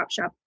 Topshop